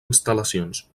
instal·lacions